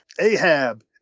Ahab